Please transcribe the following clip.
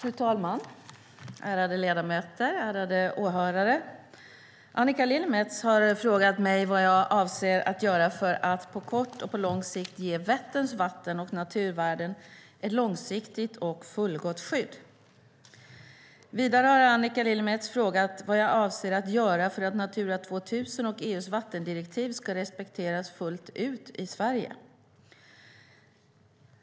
Fru talman! Ärade ledamöter! Ärade åhörare! Annika Lillemets har frågat mig vad jag avser att göra för att på kort och lång sikt ge Vätterns vatten och naturvärden ett långsiktigt och fullgott skydd. Vidare har Annika Lillemets frågat vad jag avser att göra för att Natura 2000 och EU:s vattendirektiv ska respekteras fullt ut i Sverige.